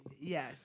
Yes